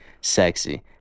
sexy